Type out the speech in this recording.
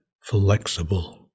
flexible